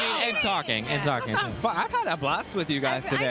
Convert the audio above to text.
talking. and talking. i've had a blast with you guys